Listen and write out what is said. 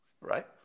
right